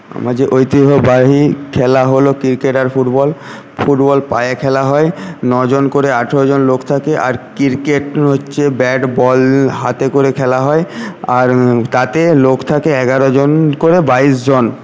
আমাদের ঐতিহ্যবাহী খেলা হল ক্রিকেট আর ফুটবল ফুটবল পায়ে খেলা হয় নজন করে আঠারো জন লোক থাকে আর ক্রিকেট হচ্ছে ব্যাট বল হাতে করে খেলা হয় আর তাতে লোক থাকে এগারো জন করে বাইশ জন